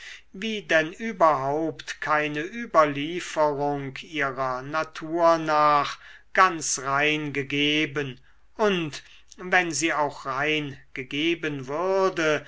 wie denn überhaupt keine überlieferung ihrer natur nach ganz rein gegeben und wenn sie auch rein gegeben würde